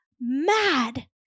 mad